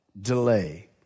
delay